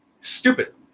Stupid